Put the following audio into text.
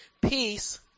peace